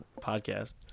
podcast